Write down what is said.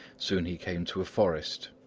soon he came to a forest.